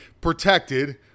protected